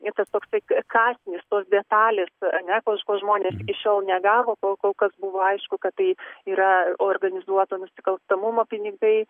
jie tiesiog siek kąsnis tos detalės ane ko ko žmonės iki šiol negavo kol kol kas buvo aišku kad tai yra organizuoto nusikalstamumo pinigai